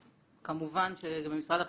כמובן שגם במשרד החינוך,